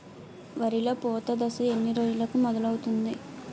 వరిలో పూత దశ ఎన్ని రోజులకు మొదలవుతుంది?